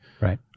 Right